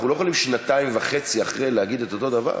אנחנו לא יכולים שנתיים וחצי אחרי להגיד את אותו הדבר.